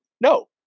No